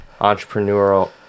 entrepreneurial